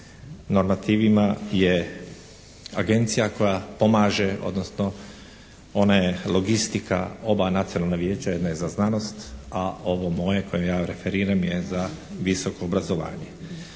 normativima je Agencija koja pomaže, odnosno ona je logistika oba nacionalna vijeća, jedna je za znanost, a ovo moje koje ja referiram je za visoko obrazovanje.